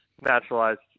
naturalized